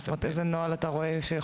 איזה נוהל אתה רואה?